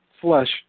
flesh